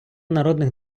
народних